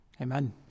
Amen